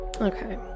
Okay